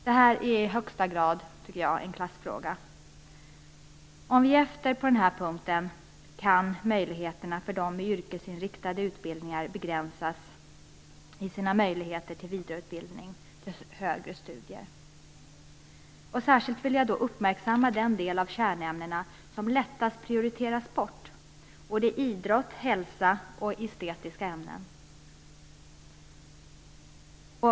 Det här är i högsta grad en klassfråga, tycker jag. Om vi ger efter på den här punkten kan möjligheterna till vidareutbildning och högre studier för dem med yrkesinriktade utbildningar begränsas. Särskilt vill jag uppmärksamma den del av kärnämnena som lättast prioriteras bort. Det är idrott, hälsa och estetiska ämnen.